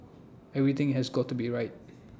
everything has got to be right